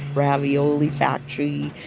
ravioli factory,